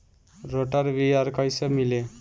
Rotor weeder कईसे मिले?